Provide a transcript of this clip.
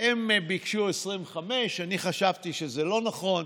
הם ביקשו 25%, אני חשבתי שזה לא נכון,